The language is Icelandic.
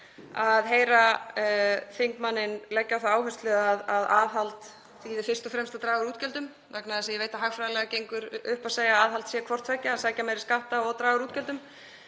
að heyra þingmanninn leggja á það áherslu að aðhald þýði fyrst og fremst að draga úr útgjöldum, vegna þess að ég veit að hagfræðilega gengur upp að segja aðhald sé hvort tveggja, að sækja meiri skatta og draga úr útgjöldum.